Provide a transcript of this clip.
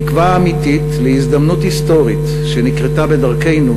תקווה אמיתית להזדמנות היסטורית שנקרתה בדרכנו,